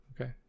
Okay